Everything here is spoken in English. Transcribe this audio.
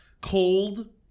cold